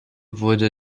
wurde